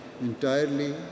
entirely